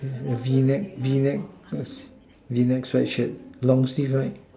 a V neck V neck a V neck sweatshirt long sleeve right